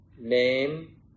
name